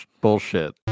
bullshit